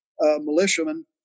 militiamen